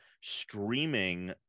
streaming